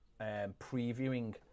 previewing